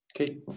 Okay